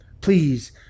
Please